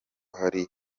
hari